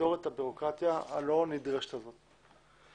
לפטור אותם מהבירוקרטיה הלא נדרשת הזאת.